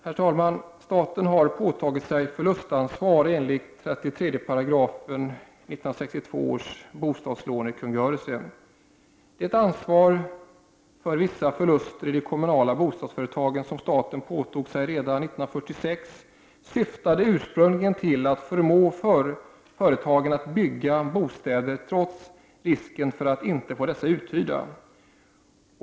Herr talman! Staten har påtagit sig förlustansvar enligt 33 §, 1962 års bostadslånekungörelse. Det ansvar för vissa förluster i de kommunala bostadsföretagen som staten påtog sig redan år 1946 syftade ursprungligen till att förmå företagen att bygga bostäder trots risken för att inte få dessa uthyrda.